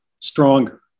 stronger